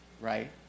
Right